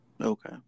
Okay